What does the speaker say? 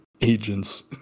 agents